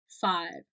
five